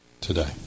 Today